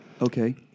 Okay